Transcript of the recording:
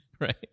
Right